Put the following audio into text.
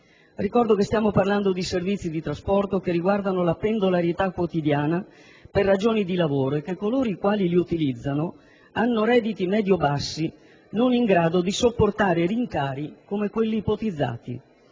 Ricordo che stiamo parlando di servizi di trasporto che riguardano la pendolarità quotidiana per ragioni di lavoro e che coloro i quali li utilizzano hanno redditi medio-bassi, non in grado di sopportare rincari come quelli ipotizzati.